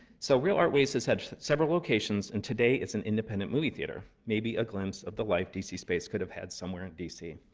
so real art ways has had several locations, and today, it's an independent movie theater maybe a glimpse of the life d c. space could have had somewhere in dc.